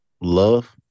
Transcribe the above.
Love